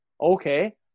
okay